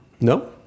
No